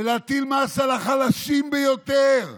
ולהטיל מס על החלשים ביותר.